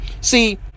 See